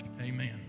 Amen